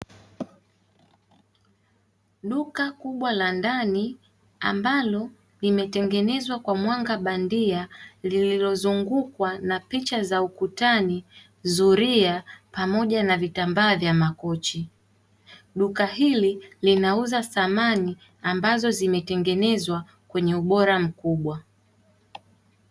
Duka kubwa la ndani ambalo limetengenezwa kwa mwanga bandia lililozungukwa na picha za ukutani, zuria pamoja na vitambaa vya makochi. Duka hili linauza samani ambazo zimetengenezwa kwenye ubora mkubwa.